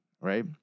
right